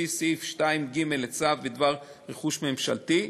לפי סעיף 2ג לצו בדבר רכוש ממשלתי,